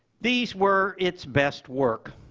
these were its best work,